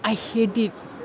I hate it